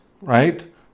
right